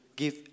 give